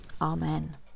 Amen